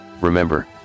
Remember